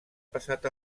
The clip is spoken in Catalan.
passat